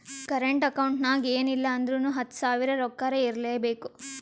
current account ನಾಗ್ ಎನ್ ಇಲ್ಲ ಅಂದುರ್ನು ಹತ್ತು ಸಾವಿರ ರೊಕ್ಕಾರೆ ಇರ್ಲೆಬೇಕು